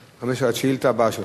1951, השאילתא הבאה שלך.